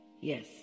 yes